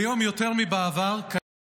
כיום יותר מבעבר קיימת